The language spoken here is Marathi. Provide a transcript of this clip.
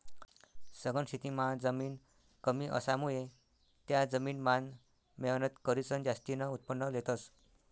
सघन शेतीमां जमीन कमी असामुये त्या जमीन मान मेहनत करीसन जास्तीन उत्पन्न लेतस